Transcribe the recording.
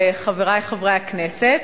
חברי חברי הכנסת,